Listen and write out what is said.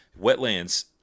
wetlands